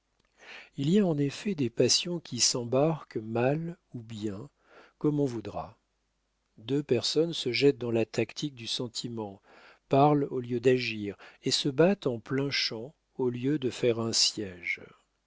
il y a en effet des passions qui s'embarquent mal ou bien comme on voudra deux personnes se jettent dans la tactique du sentiment parlent au lieu d'agir et se battent en plein champ au lieu de faire un siége